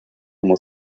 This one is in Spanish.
como